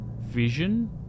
vision